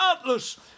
Atlas